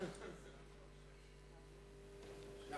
כבוד היושבת-ראש,